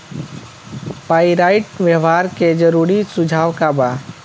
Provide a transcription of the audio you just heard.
Pyrite व्यवहार के जरूरी सुझाव का वा?